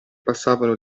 passavano